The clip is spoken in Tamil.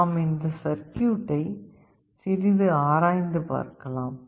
நாம் இந்த சர்க்யூட்டை சிறிது ஆராய்ந்து பார்க்கலாம்